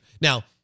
Now